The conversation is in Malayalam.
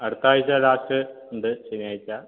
അടുത്താഴ്ച ലാസ്റ്റ് ഉണ്ട് ശനിയാഴ്ച